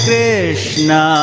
Krishna